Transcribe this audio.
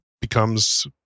becomes